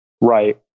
Right